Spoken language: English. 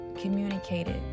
communicated